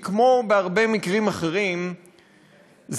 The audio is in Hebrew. כמו בהרבה מקרים אחרים היא,